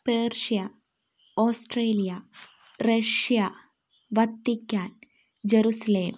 persia Australia Russia Vatican Jerusalem